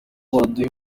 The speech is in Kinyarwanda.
baduha